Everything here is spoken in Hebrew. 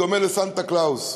דומה לסנטה קלאוס.